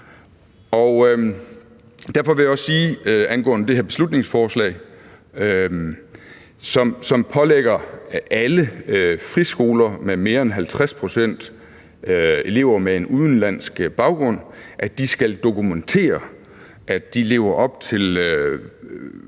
Derfor vil jeg også sige angående det her beslutningsforslag, som pålægger alle friskoler med mere end 50 pct. elever med en udenlandsk baggrund, at de skal dokumentere, at de lever op til